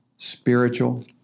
Spiritual